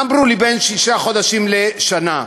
אמרו לי: בין שישה חודשים לשנה.